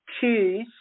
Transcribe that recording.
choose